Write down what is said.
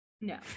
no